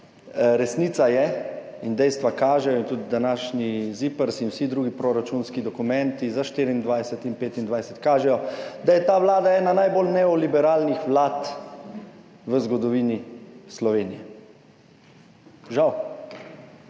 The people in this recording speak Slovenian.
Resnica je in dejstva kažejo in tudi današnji ZIPRS in vsi drugi proračunski dokumenti za 2024 in 2025 kažejo, da je ta vlada ena najbolj neoliberalnih vlad v zgodovini Slovenije. Žal.